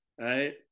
right